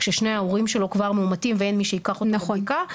כששני ההורים שלו כבר מאומתים ואין מי שייקח אותו לבדיקה.